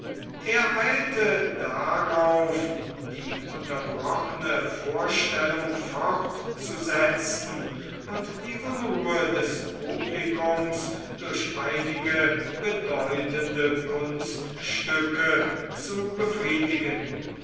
er eilte darauf die unterbrochene vorstellung fortzusetzen und die unruhe des publikums durch einige bedeutende kunststücke zu befriedigen